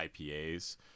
IPAs